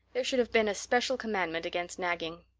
there should have been a special commandment against nagging.